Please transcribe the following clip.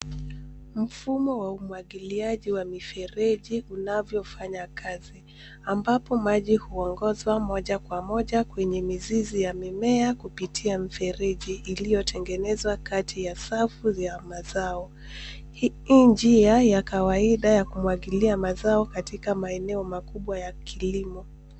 Mfumo wa umwagiliaji wa mifereji unavyofanya kazi ambapo maji huongozwa moja kwa moja kwenye mizizi ya mimea kupitia mifereji iliyotengenezwa kati ya safu vya mazao. Hii njia ya kawaida ya kumwagilia mazao katika maeneo makubwa ya kilimo.